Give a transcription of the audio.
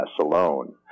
alone